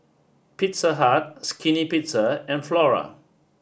Pizza Hut Skinny Pizza and Flora